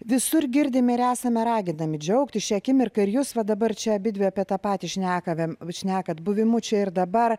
visur girdime ir esame raginami džiaugtis šia akimirka ir jūs va dabar čia abidvi apie tą patį šnekame šnekat buvimu čia ir dabar